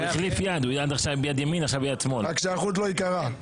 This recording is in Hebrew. מי נגד?